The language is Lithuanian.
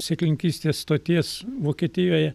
sėklininkystės stoties vokietijoje